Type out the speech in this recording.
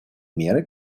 меры